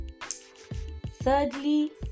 thirdly